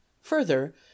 further